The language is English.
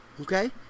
Okay